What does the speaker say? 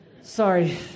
Sorry